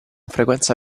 frequenza